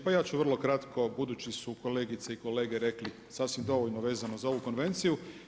Pa ja ću vrlo kratko budući su kolegice i kolege rekli sasvim dovoljno vezano za ovu konvenciju.